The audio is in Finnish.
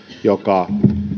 joka